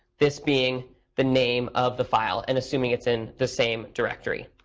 this being the name of the file and assuming it's in the same directory.